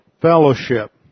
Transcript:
fellowship